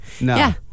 No